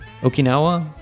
Okinawa